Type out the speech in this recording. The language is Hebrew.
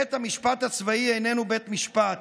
בית המשפט הצבאי איננו בית משפט,